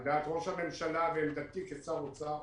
על דעת ראש הממשלה, ועמדתי כשר אוצר,